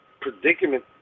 predicament